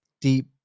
deep